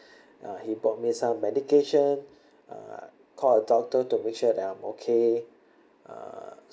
uh he brought me some medication uh call a doctor to make sure that I'm okay uh